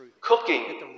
cooking